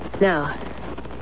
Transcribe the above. Now